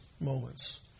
moments